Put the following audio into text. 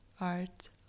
art